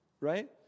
right